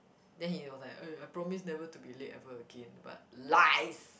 then he was like eh I promise never to be late ever again but lies